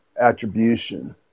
attribution